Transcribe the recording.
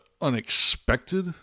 unexpected